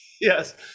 yes